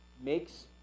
makes